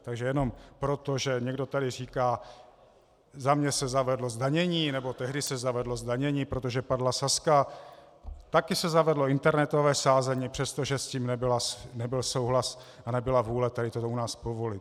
Takže jenom proto, že někdo tady říká: za mě se zavedlo zdanění, nebo tehdy se zavedlo zdanění, protože padla Sazka také se zavedlo internetové sázení, přestože s tím nebyl souhlas a nebyla vůle tohle u nás povolit.